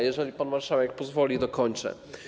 Jeżeli pan marszałek pozwoli, dokończę.